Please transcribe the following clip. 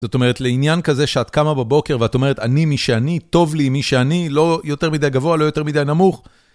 זאת אומרת, לעניין כזה שאת קמה בבוקר ואת אומרת, אני מי שאני, טוב לי מי שאני, לא יותר מדי גבוה, לא יותר מדי נמוך.